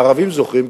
והערבים זוכרים,